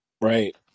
Right